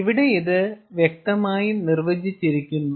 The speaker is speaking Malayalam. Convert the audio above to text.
ഇവിടെ ഇത് വ്യക്തമായി നിർവചിച്ചിരിക്കുന്നു